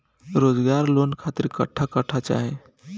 रोजगार लोन खातिर कट्ठा कट्ठा चाहीं?